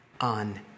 on